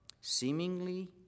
seemingly